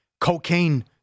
cocaine